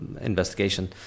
investigation